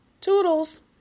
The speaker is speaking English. Toodles